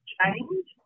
change